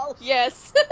Yes